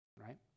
right